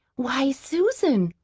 why, susan,